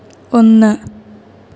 ഒന്ന്